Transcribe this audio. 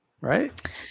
Right